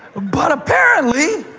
ah but apparently,